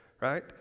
right